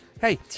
hey